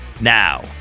Now